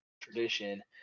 tradition